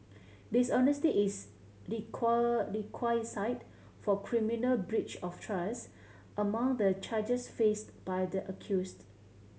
dishonesty is requisite for criminal breach of trust among the charges faced by the accused